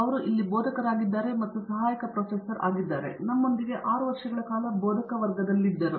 ಅವರು ಇಲ್ಲಿ ಬೋಧಕರಾಗಿದ್ದಾರೆ ಮತ್ತು ಸಹಾಯಕ ಪ್ರೊಫೆಸರ್ ಆಗಿದ್ದಾರೆ ಮತ್ತು ನಮ್ಮೊಂದಿಗೆ 6 ವರ್ಷಗಳ ಕಾಲ ಬೋಧಕವರ್ಗರಾಗಿದ್ದಾರೆ